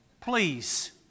Please